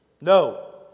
no